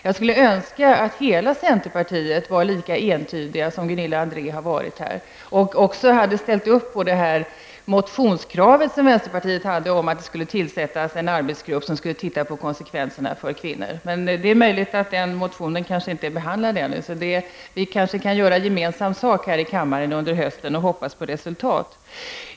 Jag skulle önska att hela centerpartier var lika entydigt som Gunilla André har varit här och också ställt sig bakom vänsterpartiets motionskrav att det skulle tillsättas en arbetsgrupp som skulle se på konsekvenserna för kvinnor. Men det är möjligt att den motionen inte är behandlad ännu. Vi kanske kan göra gemensam sak här i kammaren under hösten och hoppas på resultat.